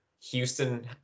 Houston